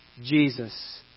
Jesus